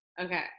Okay